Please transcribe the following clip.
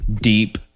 deep